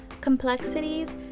Complexities